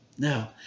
Now